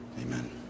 Amen